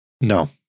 No